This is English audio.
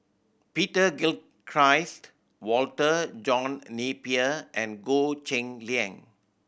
Peter Gilchrist Walter John Napier and Goh Cheng Liang